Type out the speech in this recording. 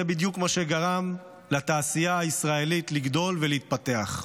זה בדיוק מה שגרם לתעשייה הישראלית לגדול ולהתפתח.